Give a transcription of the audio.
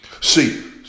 See